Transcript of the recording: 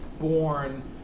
born